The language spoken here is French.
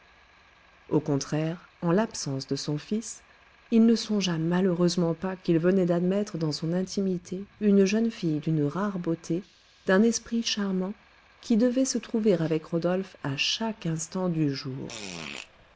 au contraire en l'absence de son fils il ne songea malheureusement pas qu'il venait d'admettre dans son intimité une jeune fille d'une rare beauté d'un esprit charmant qui devait se trouver avec rodolphe à chaque instant du jour